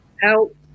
help